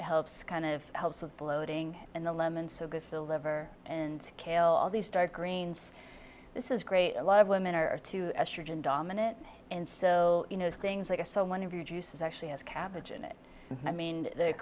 helps kind of helps with bloating and then and so good for the liver and kale all these dark greens this is great a lot of women are too estrogen dominant and so you know things like i saw one of your juices actually has cabbage in it i mean